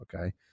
okay